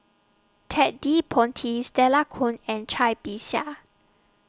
Ted De Ponti Stella Kon and Cai Bixia